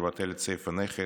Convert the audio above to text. לבטל את סעיף הנכד.